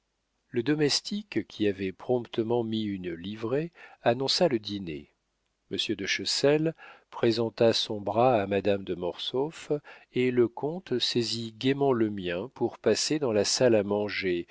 le domestique qui avait promptement mis une livrée annonça le dîner monsieur de chessel présenta son bras à madame de mortsauf et le comte saisit gaiement le mien pour passer dans la salle à manger